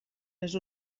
les